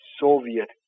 Soviet